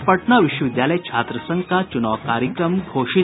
और पटना विश्वविद्यालय छात्र संघ का चुनाव कार्यक्रम घोषित